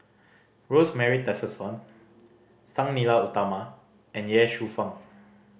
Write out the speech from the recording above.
Rosemary Tessensohn Sang Nila Utama and Ye Shufang